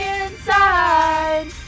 inside